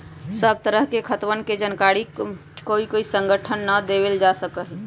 सब तरह के खातवन के जानकारी ककोई संगठन के ना देवल जा सका हई